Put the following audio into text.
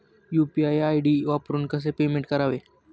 UPI ID वापरून कसे payment करावे?